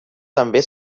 també